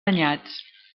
danyats